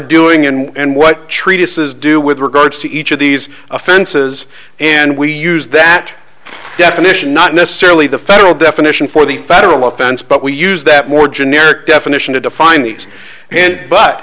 doing and what treatises do with regards to each of these offenses and we use that definition not necessarily the federal definition for the federal offense but we use that more a narrow definition to define these and but